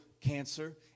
cancer